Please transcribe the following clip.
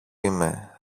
είμαι